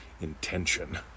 Intention